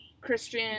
Christian